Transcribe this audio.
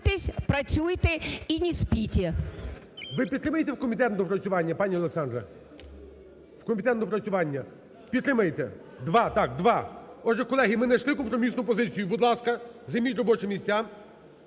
Ви підтримуємо в комітет на доопрацювання, пані Олександро? В комітет на доопрацювання підтримуєте? Два, так, два. Отже, колеги, ми найшли компромісну позицію. Будь ласка, займіть робочі місця,